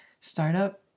startup